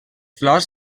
flors